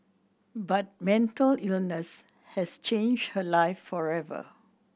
but mental illness has changed her life forever